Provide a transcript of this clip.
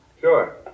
Sure